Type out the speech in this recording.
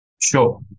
Sure